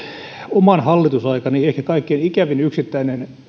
oman hallitusaikani ehkä kaikkein ikävin yksittäinen